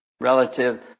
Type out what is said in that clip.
relative